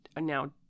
Now